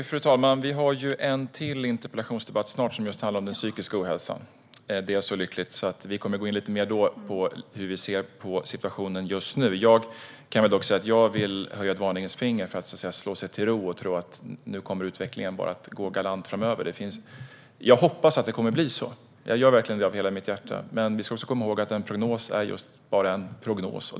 Fru talman! Vi ska snart ha ännu en interpellationsdebatt, om den psykiska ohälsan. Det är så lyckligt att vi då kommer att gå in lite mer på hur vi ser på situationen just nu. Jag vill höja ett varningens finger för att slå sig till ro och tro att det kommer att gå galant med utvecklingen framöver. Jag hoppas att det kommer att bli så - det gör jag verkligen av hela mitt hjärta - men vi ska komma ihåg att en prognos är just bara en prognos.